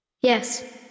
Yes